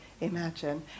imagine